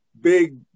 big